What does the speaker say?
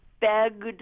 begged